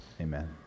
Amen